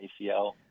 ACL